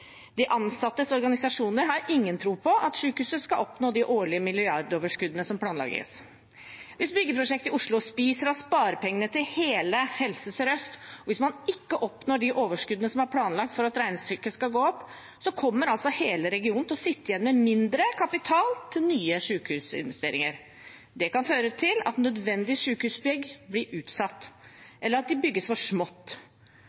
De ansattes organisasjoner har ingen tro på at sykehuset skal oppnå de årlige milliardoverskuddene som planlegges. Hvis byggeprosjektet i Oslo spiser av sparepengene til hele Helse Sør-Øst, og hvis man ikke oppnår de overskuddene som er planlagt for at regnestykket skal gå opp, kommer altså hele regionen til å sitte igjen med mindre kapital til nye sykehusinvesteringer. Det kan føre til at nødvendige sykehusbygg blir